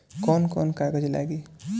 कौन कौन कागज लागी?